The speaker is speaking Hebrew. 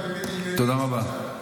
תודה רבה.